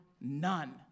none